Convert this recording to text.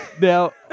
Now